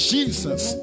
Jesus